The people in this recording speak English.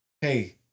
Hey